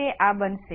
તેથી આ પણ 0 છે